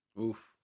Oof